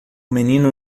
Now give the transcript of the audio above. menino